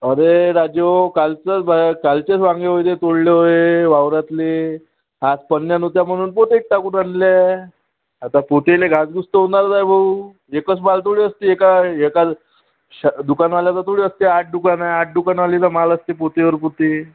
अरे राजेहो कालचंच आहे कालचेच वांगे होते तोडले होय वावरातले आज पंन्या नव्हत्या म्हणून पोत्यात टाकून आणले आता पोतेले घासघूस तर होणारच आहे भाऊ एकच माल थोडी असते एका एका दुकानवाल्याचं थोडी असतंय आठ दुकान आहे आठ दुकानवाल्याचं माल असते पोते वर पोते